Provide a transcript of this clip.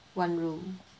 one room